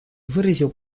выразил